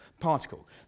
particle